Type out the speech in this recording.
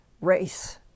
race